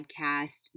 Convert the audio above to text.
podcast